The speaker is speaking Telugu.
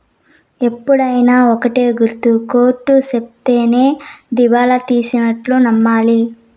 ఎప్పుడైనా ఒక్కటే గుర్తు కోర్ట్ సెప్తేనే దివాళా తీసినట్టు నమ్మాలి